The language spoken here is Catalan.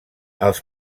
els